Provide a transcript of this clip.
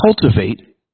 cultivate